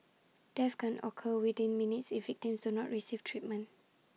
death can occur within minutes if victims do not receive treatment